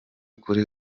kuri